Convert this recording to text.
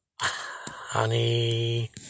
Honey